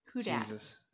jesus